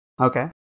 Okay